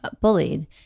bullied